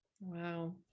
Wow